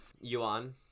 Yuan